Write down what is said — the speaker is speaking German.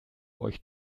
euch